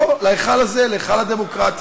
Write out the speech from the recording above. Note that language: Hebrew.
לפה, להיכל הזה, להיכל הדמוקרטיה.